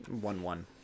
one-one